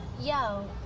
Yo